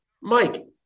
Mike